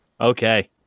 Okay